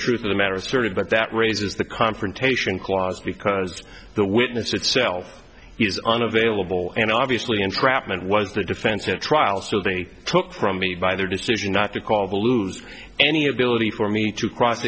truth of the matter asserted but that raises the confrontation clause because the witness itself is unavailable and obviously entrapment was the defense at trial so they took from me by their decision not to call the lose any ability for me to cross